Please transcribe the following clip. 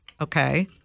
Okay